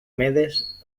medes